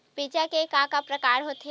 बीज के का का प्रकार होथे?